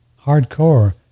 hardcore